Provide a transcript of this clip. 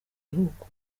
gihugu